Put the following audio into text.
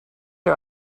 are